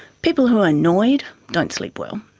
people who are annoyed don't sleep well.